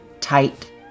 tight